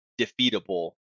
defeatable